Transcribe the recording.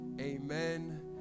Amen